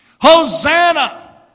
Hosanna